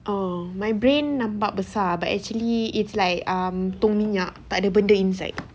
oh my brain nampak besar but actually it's like um tong minyak the tak ada benda inside